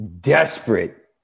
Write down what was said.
desperate